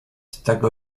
tego